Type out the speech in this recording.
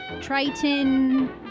Triton